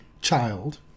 child